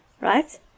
right